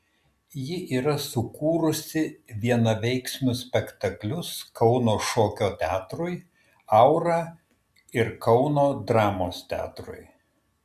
ji yra sukūrusi vienaveiksmius spektaklius kauno šokio teatrui aura ir kauno dramos teatrui